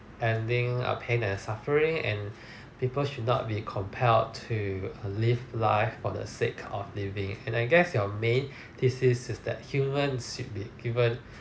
ending uh pain and suffering and people should not be compelled to live life for the sake of living and then I guess your main thesis is that human should be given